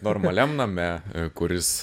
normaliam name kuris